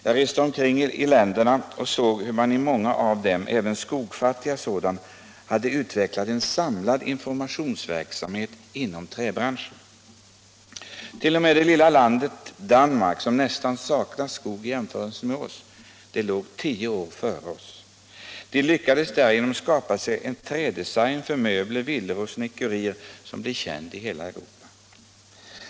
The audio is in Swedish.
Jag reste omkring i flera länder och såg hur man i många av dem, även i skogsfattiga sådana, hade utvecklat en samlad informationsverksamhet inom träbranschen. T. o. m. det lilla landet Danmark, som nästan saknar skog i jämförelse med oss, låg tio år före. Det lyckades därigenom skapa en trädesign för möbler, villor och snickerier som blev känd i hela Europa.